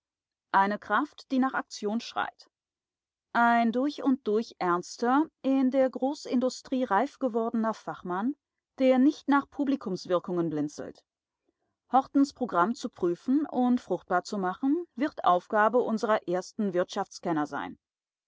eine kraft die nach aktion schreit ein durch und durch ernster in der großindustrie reifgewordener fachmann der nicht nach publikumswirkungen blinzelt hortens programm zu prüfen und fruchtbar zu machen wird aufgabe unserer ersten wirtschaftskenner sein